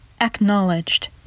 acknowledged